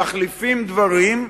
והם מחליפים דברים,